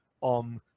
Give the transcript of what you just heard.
on